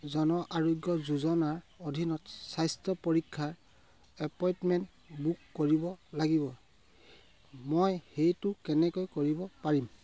জন আৰোগ্য যোজনাৰ অধীনত স্বাস্থ্য পৰীক্ষাৰ এপইণ্টমেণ্ট বুক কৰিব লাগিব মই সেইটো কেনেকৈ কৰিব পাৰিম